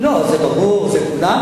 לא, זה ברור, זה כולנו.